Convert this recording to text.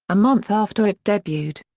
a month after it debuted.